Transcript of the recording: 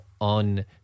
on